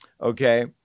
okay